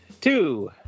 two